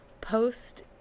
post